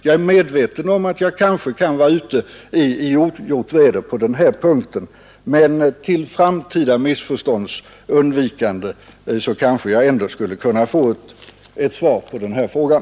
Jag är medveten om att jag kan vara ute i ogjort väder på den här punkten, men till framtida missförstånds undvikande kanske jag ändå skulle kunna få ett svar på frågan.